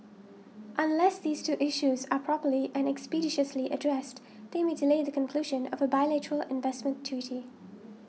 unless these two issues are properly and expeditiously addressed they may delay the conclusion of a bilateral investment treaty